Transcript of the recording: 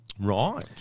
Right